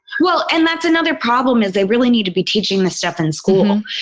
well, and that's another problem, is they really need to be teaching the stuff in school.